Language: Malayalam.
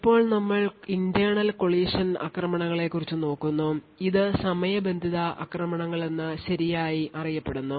ഇപ്പോൾ ഞങ്ങൾ internal collision ആക്രമണങ്ങളെ കുറിച്ചു നോക്കുന്നു അത് സമയബന്ധിത ആക്രമണങ്ങൾ എന്ന് ശരിയായി അറിയപ്പെടുന്നു